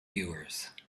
viewers